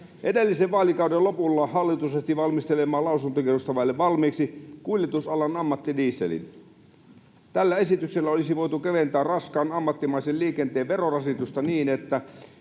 Edellisen vaalikauden lopulla hallitus ehti valmistelemaan lausuntokierrosta vaille valmiiksi kuljetusalan ammattidieselin. Tällä esityksellä olisi voitu keventää raskaan ammattimaisen liikenteen verorasitusta niin, että